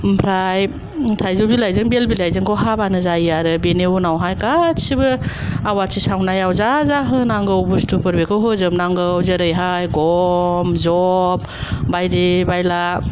ओमफ्राय थाइजौ बिलाइजों बेल बिलाइजोंखौ हाबानो जायो आरो बेनि उनावहाय गासैबो आवाथि सावनायाव जा जा होनांगौ बुस्तुफोर बेखौ होजोबनांगौ जेरैहाय गम जब बायदि बायला